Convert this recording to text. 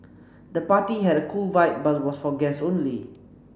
the party had a cool vibe but was for guests only